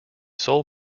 sole